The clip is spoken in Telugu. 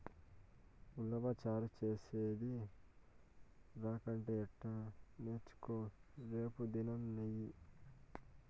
ఉలవచారు చేసేది రాకంటే ఎట్టా నేర్చుకో రేపుదినం సెయ్యి